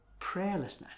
prayerlessness